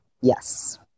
Yes